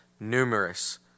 numerous